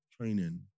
training